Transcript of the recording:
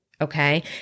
okay